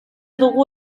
dugu